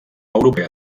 europea